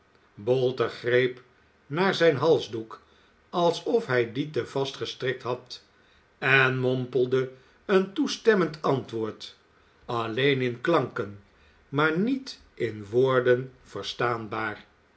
bolter greep naar zijn halsdoek alsof hij dien te vast gestrikt had en mompelde een toestemmend antwoord alleen in klanken maar niet in woorden verstaanbaar